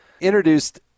introduced